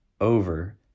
over